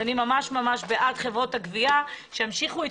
אני ממש ממש בעד חברות הגבייה ושהן ימשיכו את